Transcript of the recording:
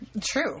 True